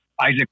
Isaac